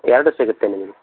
ಎರಡು ಸಿಗುತ್ತೆ ನಿಮಗೆ